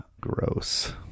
Gross